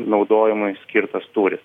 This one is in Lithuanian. naudojimui skirtas tūris